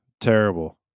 terrible